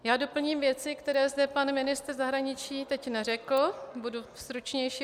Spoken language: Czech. Já doplním věci, které zde pan ministr zahraničí teď neřekl, budu určitě stručnější.